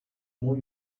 more